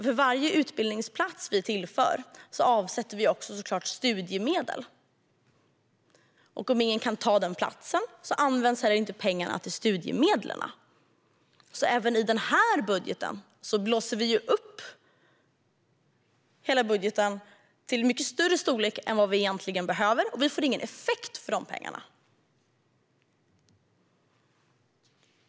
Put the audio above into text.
För varje utbildningsplats vi tillför avsätter vi nämligen såklart även studiemedel. Om ingen kan ta den platsen används inte heller pengarna till studiemedel. Även i den här budgeten blåser vi alltså upp det hela till en mycket större storlek än vi egentligen behöver, och vi får ingen effekt för de pengarna.